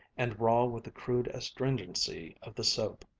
and raw with the crude astringency of the soap,